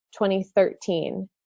2013